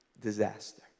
Disaster